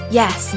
yes